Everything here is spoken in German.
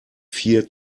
vier